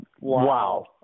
Wow